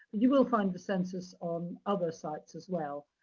you will find the census on other sites as well.